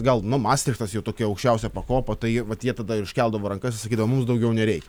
gal nu mastrichtas jau tokia aukščiausia pakopa tai vat jie tada ir iškeldavo rankas ir sakydavo mums daugiau nereikia